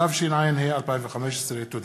התשע"ה 2015. תודה.